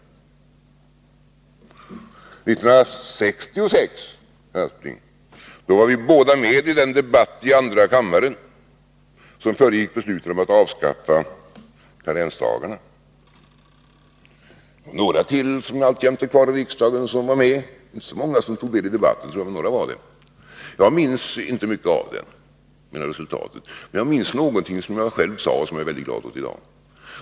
1966 var både Sven Aspling och jag med i den debatt i andra kammaren som föregick beslutet om att avskaffa karensdagarna. Några till som alltjämt är kvar i riksdagen var också med. Det var inte många nuvarande ledamöter som deltog i den debatten, men några gjorde det. Jag minns inte mycket mer av denna debatt än resultatet. Men jag minns någonting som jag själv sade och som jag i dag är mycket glad åt.